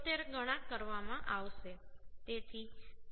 78 ગણા કરવામાં આવશે